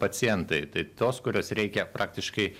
pacientai tai tuos kuriuos reikia praktiškai